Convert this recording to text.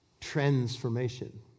transformation